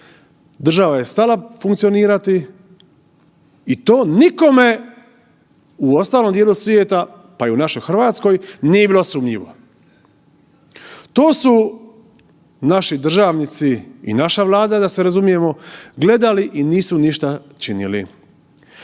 država je stala funkcionirati i to nikome u ostalom dijelu svijeta pa i u našoj Hrvatskoj nije bilo sumnjivo. To su naši državnici i naša Vlada da se razumijemo, gledali i nisu ništa činili.